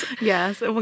Yes